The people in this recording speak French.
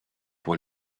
pour